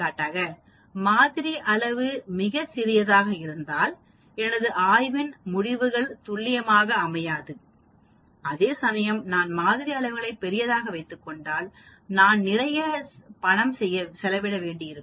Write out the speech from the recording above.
எடுத்துக்காட்டாக மாதிரி அளவு மிகச் சிறியதாக இருந்தால் எனது ஆய்வின் முடிவுகள் துல்லியமாக அமையாது அதேசமயம் நான் மாதிரி அளவை மிகப்பெரியதாக வைத்துக்கொண்டாள் நான் நிறைய செய்ய பணம் செலவிட வேண்டும்